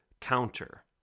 counter